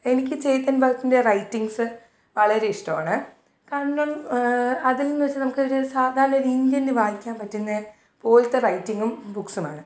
എനിക്ക് ചേതൻ ഭഗത്തിന്റെ റൈറ്റിങ്സ്സ് വളരെ ഇഷ്ടവാണ് കാരണം അതെന്ന് വെച്ചാൽ നമുക്കൊരു സാധാരണ ഒരു ഇന്ത്യൻന് വായിക്കാൻ പറ്റുന്ന പോലത്തെ റൈറ്റിങ്ങും ബുക്ക്സുമാണ്